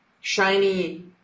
shiny